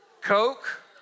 Coke